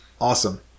Awesome